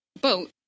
boat